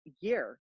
year